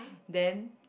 then